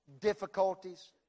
difficulties